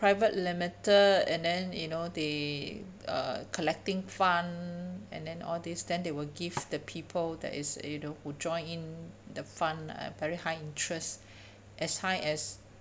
private limited and then you know they uh collecting fund and then all these then they will give the people that is you know who join in the fund a very high interest as high as